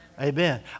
Amen